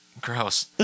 Gross